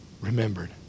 remembered